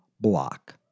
block